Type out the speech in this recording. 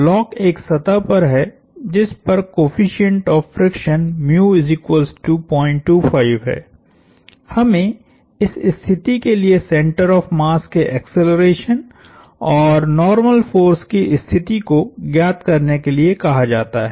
block एक सतह पर है जिस पर कॉएफिसिएंट ऑफ़ फ्रिक्शन है हमें इस स्थिति के लिए सेंटर ऑफ़ मास के एक्सेलरेशन और नार्मल फोर्स की स्तिथि को ज्ञात करने के लिए कहा जाता है